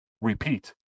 repeat